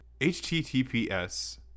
https